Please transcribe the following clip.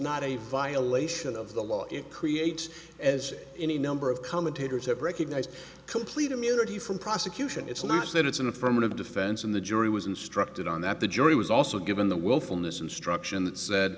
not a violation of the law it creates as any number of commentators have recognized complete immunity from prosecution it's not that it's an affirmative defense on the jury was instructed on that the jury was also given the willfulness instruction that said